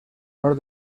honor